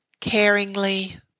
caringly